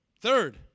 Third